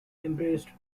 embraced